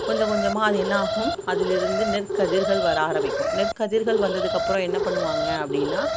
கொஞ்சம் கொஞ்சமாக அது என்னாகும் அதிலிருந்து நெற்கதிர்கள் வர ஆரம்பிக்கும் நெற்கதிர்கள் வந்ததுக்கப்புறம் என்ன பண்ணுவாங்க அப்படின்னா